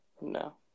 No